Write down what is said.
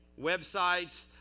Websites